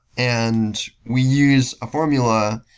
and we use a formula